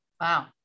Wow